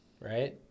right